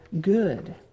good